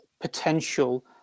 potential